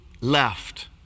left